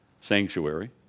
sanctuary